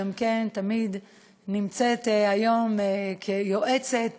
שגם כן, תמיד, היא היום מבחינתי יועצת